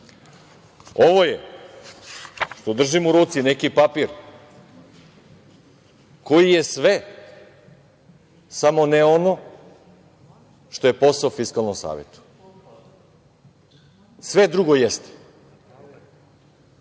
Ovo je, što držim u ruci neki papir, koji je sve, samo ne ono što je posao Fiskalnog saveta, sve drugo jeste,